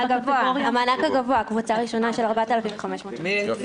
המענק הגבוה, הקבוצה הראשונה של 4,500 שקל.